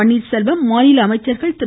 பன்னீர்செல்வம் மாநில அமைச்சர்கள் திரு